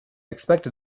expected